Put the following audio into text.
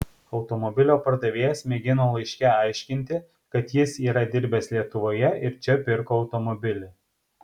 automobilio pardavėjas mėgino laiške aiškinti kad jis yra dirbęs lietuvoje ir čia pirko automobilį